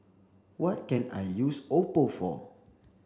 what can I use Oppo for